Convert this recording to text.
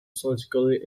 surgically